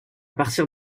partir